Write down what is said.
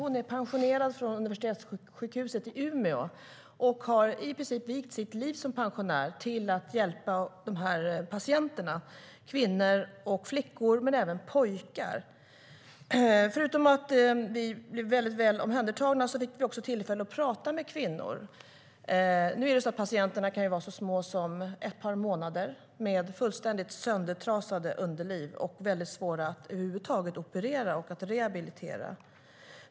Hon är pensionerad från universitetssjukhuset i Umeå och har i princip vigt sitt liv som pensionär till att hjälpa dessa patienter. Det är kvinnor och flickor men även pojkar. Förutom att vi blev väldigt väl omhändertagna fick vi också tillfälle att prata med kvinnor. Patienterna kan vara så små som ett par månader och ha fullständigt söndertrasade underliv och vara mycket svåra att operera och rehabilitera.